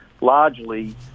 largely